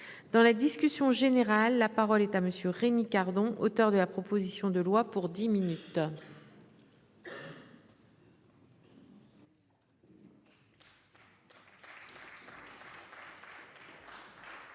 dans la discussion générale. La parole est à monsieur Rémy Cardon, auteur de la proposition de loi pour 10 minutes.